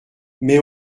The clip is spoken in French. mais